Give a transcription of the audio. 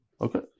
Okay